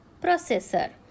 processor